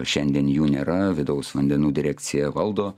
šiandien jų nėra vidaus vandenų direkcija valdo